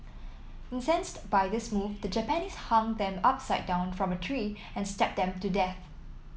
incensed by this move the Japanese hung them upside down from a tree and stabbed them to death